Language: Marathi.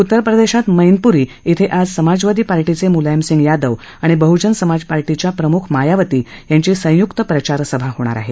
उत्तरप्रदेशात मैनपुरी क्वे आज समाजवादी पार्टीचे मुलायमसिंग यादव आणि बहुजन समाजपार्टीच्या प्रमुख मायावती यांची संयुक प्रचास्सभा होणार आहे